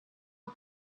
not